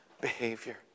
behavior